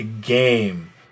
game